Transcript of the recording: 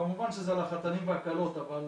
כמובן שזה לחתנים והכלות, אבל